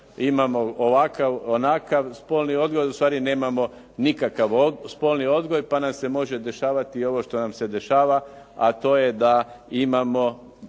imamo ovakav, onakav spolni odgoj, u stvari nemamo nikakav spolni odgoj pa nam se može dešavati ovo što nam se dešava, a to je da imamo